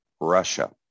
Russia